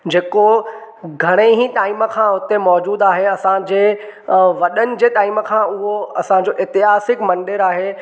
जेको घणेई टाइम खां हुते मौज़ूद आहे असांजे वॾनि जे टाइम खां उहो असांजो ऐतिहासिकु मंदिरु आहे